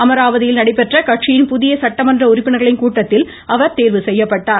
அமராவதியில் நடைபெற்ற கட்சியின் புதிய சட்டமன்ற உறுப்பினர்களின் கூட்டத்தில் அவர் தேர்வு செய்யப்பட்டார்